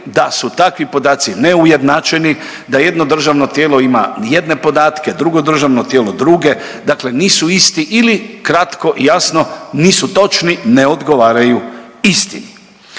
da su takvi podaci neujednačeni, da jedno državno tijelo ima jedne podatke drugo državno tijelo druge, dakle nisu isti ili kratko i jasno, nisu točni, ne odgovaraju istini.